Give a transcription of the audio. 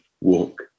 walk